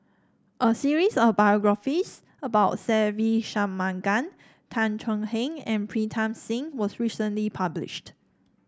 a series of biographies about Se Ve Shanmugam Tan Thuan Heng and Pritam Singh was recently published